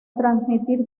transmitir